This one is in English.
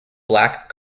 black